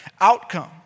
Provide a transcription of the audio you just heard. outcome